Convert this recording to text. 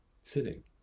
sitting